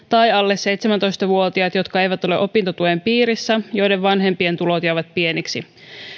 tai alle seitsemäntoista vuotiaat jotka eivät ole opintotuen piirissä ja joiden vanhempien tulot jäävät pieniksi